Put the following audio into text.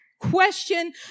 question